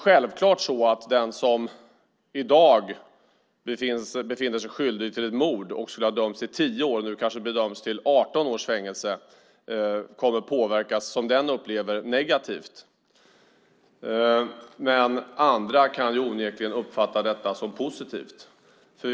Självklart kommer den som i dag befinns skyldig till mord och som skulle ha dömts till 10 års fängelse men som nu kanske döms till 18 års fängelse att, som den personen upplever det, påverkas negativt. Men andra kan onekligen uppfatta det här som någonting positivt.